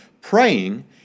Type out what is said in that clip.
praying